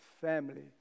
family